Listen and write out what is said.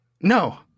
No